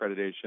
accreditation